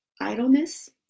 idleness